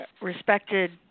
respected